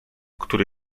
który